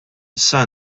issa